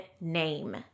name